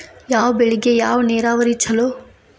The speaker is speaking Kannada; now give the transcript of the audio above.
ಯಾವ ಬೆಳಿಗೆ ಯಾವ ನೇರಾವರಿ ಛಲೋ?